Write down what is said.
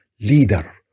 leader